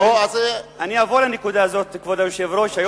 אני אבוא לנקודה הזאת, כבוד היושב-ראש.